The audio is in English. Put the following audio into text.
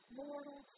mortal